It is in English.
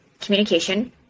communication